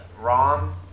Rom